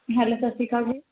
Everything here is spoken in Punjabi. ਹੈਲੋ ਸਤਿ ਸ਼੍ਰੀ ਅਕਾਲ ਜੀ